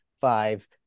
five